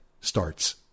starts